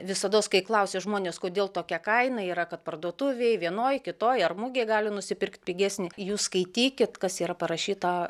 visados kai klausia žmonės kodėl tokia kaina yra kad parduotuvėj vienoj kitoj ar mugėj gali nusipirkt pigesnį jūs skaitykit kas yra parašyta